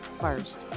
first